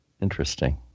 Interesting